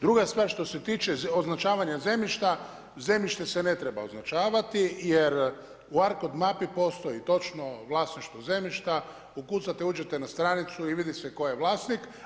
Druga stvar što se tiče označavanja zemljišta, zemljište se ne treba označavati jer u Arkod mapi postoji točno vlasništvo zemljišta, ukucate, uđete na stranicu i vidi se tko je vlasnik.